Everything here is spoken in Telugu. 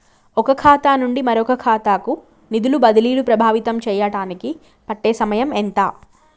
ఒక ఖాతా నుండి మరొక ఖాతా కు నిధులు బదిలీలు ప్రభావితం చేయటానికి పట్టే సమయం ఎంత?